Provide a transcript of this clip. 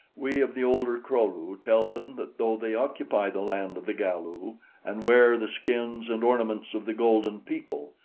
we of the older kro-lu tell them that though they occupy the land of the galu and wear the skins and ornaments of the golden people,